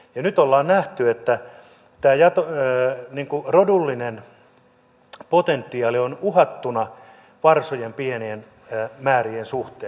nyt ollaan nähty että rodullinen potentiaali on uhattuna varsojen pienien määrien suhteen